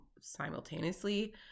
simultaneously